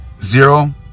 Zero